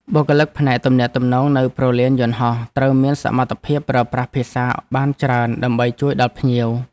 បុគ្គលិកផ្នែកទំនាក់ទំនងនៅព្រលានយន្តហោះត្រូវមានសមត្ថភាពប្រើប្រាស់ភាសាបានច្រើនដើម្បីជួយដល់ភ្ញៀវ។